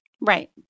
Right